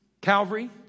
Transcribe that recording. Calvary